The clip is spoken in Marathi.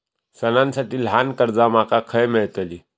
सणांसाठी ल्हान कर्जा माका खय मेळतली?